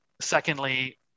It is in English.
secondly